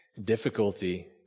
difficulty